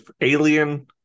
alien